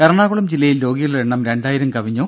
എറണാകുളം ജില്ലയിൽ രോഗികളുടെ എണ്ണം രണ്ടായിരം കവിഞ്ഞു